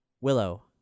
Willow